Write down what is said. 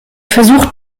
versucht